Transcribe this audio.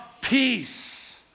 Peace